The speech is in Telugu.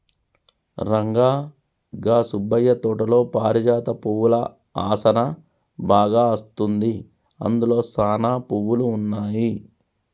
రంగా గా సుబ్బయ్య తోటలో పారిజాత పువ్వుల ఆసనా బాగా అస్తుంది, అందులో సానా పువ్వులు ఉన్నాయి